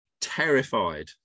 terrified